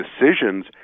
decisions